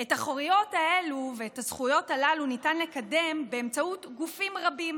את החירויות הללו ואת הזכויות הללו ניתן לקדם באמצעות גופים רבים,